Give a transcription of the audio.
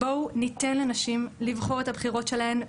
בואו ניתן לנשים לבחור את הבחירות שלהן,